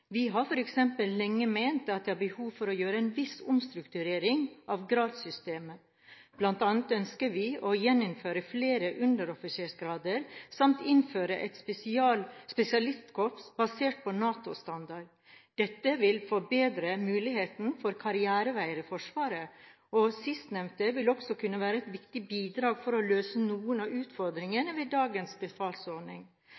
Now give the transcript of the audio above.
Vi har f.eks. lenge ment at det er behov for å gjøre en viss omstrukturering av gradssystemet. Blant annet ønsker vi å gjeninnføre flere underoffisersgrader samt innføre et spesialistkorps basert på NATO-standard. Dette vil forbedre muligheten for karriereveier i Forsvaret, og sistnevnte vil også kunne være et viktig bidrag for å løse noen av